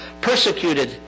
persecuted